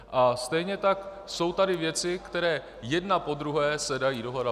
A stejně tak jsou tady věci, které jedna po druhé se dají dohledat.